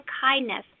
kindness